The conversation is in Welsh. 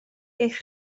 eich